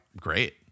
great